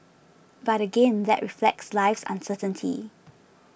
but again that reflects life's uncertainty